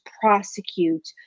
prosecute